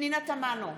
פנינה תמנו,